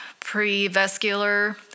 prevascular